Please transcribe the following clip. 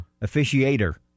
officiator